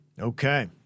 Okay